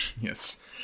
Yes